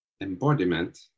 embodiment